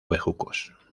bejucos